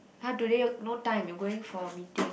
!huh! today no time you going for a meeting